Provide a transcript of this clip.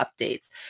updates